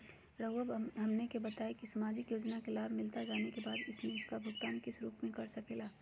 रहुआ हमने का बताएं की समाजिक योजना का लाभ मिलता जाने के बाद हमें इसका भुगतान किस रूप में कर सके ला?